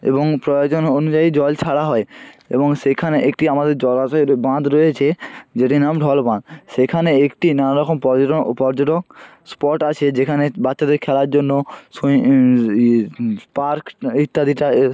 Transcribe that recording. এবং প্রয়োজন অনুযায়ী জল ছাড়া হয় এবং সেইখানে একটি আমাদের জলাশয়ের বাঁধ রয়েছে যেটির নাম ঢলবাঁধ সেইখানে একটি নানারকম পর্যটন পর্যটক স্পট আছে যেখানে বাচ্চাদের খেলার জন্য পার্ক ইত্যাদি চয়েস